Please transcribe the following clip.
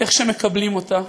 איך שמקבלים אותה,